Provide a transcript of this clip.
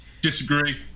Disagree